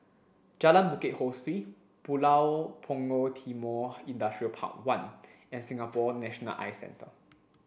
Jalan Bukit Ho Swee Pulau Punggol Timor Industrial Park One and Singapore National Eye Centre